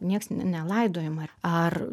nieks nelaidojama ar